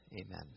Amen